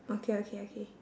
okay okay okay